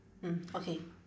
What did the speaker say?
mm okay